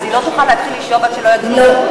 אז היא לא תוכל להתחיל לשאוב עד שלא יגידו, מחדש?